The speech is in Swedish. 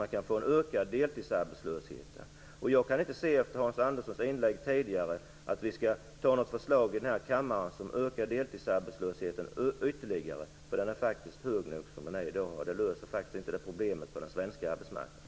Efter Hans Anderssons tidigare inlägg kan jag inte se varför kammaren skulle fatta ett beslut om ett förslag som ytterligare ökar deltidsarbetslösheten - den är faktiskt hög nog som den är i dag. Förslaget löser inte detta problem på den svenska arbetsmarknaden.